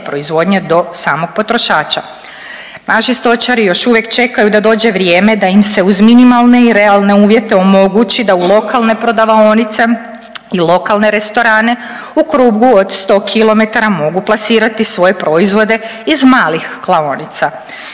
proizvodnje do samog potrošača. Naši stočari još uvijek čekaju da dođe vrijeme da im se uz minimalne i realne uvjete omogući da u lokalne prodavaonice i lokalne restorane u krugu od 100 kilometara mogu plasirati svoje proizvode iz malih klaonica.